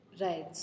Right